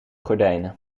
gordijnen